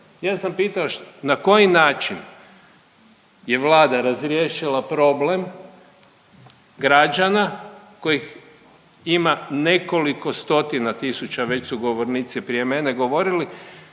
Ja sam pitao na koji način je Vlada razriješila problem građana kojih ima nekoliko stotina tisuća, već su govornici prije mene govorili.